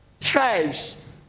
tribes